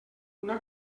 una